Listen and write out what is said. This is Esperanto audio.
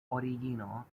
origino